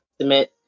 submit